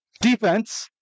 Defense